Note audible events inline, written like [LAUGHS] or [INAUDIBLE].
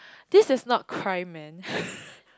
this is not crime man [LAUGHS]